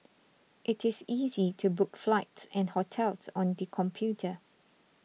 it is easy to book flights and hotels on the computer